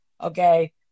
okay